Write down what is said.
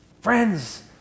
friends